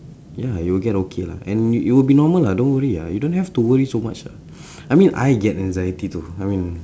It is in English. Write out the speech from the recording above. ya you will get okay lah and you you will be normal lah don't worry ah you don't have to worry so much lah I mean I get anxiety too I mean